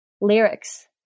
lyrics